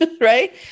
right